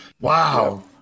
wow